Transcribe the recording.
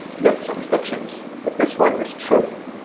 myths are fictions, but this one is true,